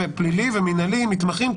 פלילי ומינהלי מתמחים,